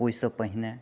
ओहिसँ पहिने